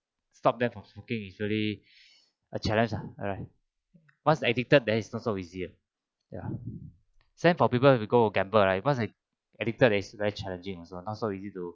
stop them from smoking actually a challenge ah alright once is addicted is not so easy uh ya same for people who go gamble right because a~ addicted is very challenging also not so easy to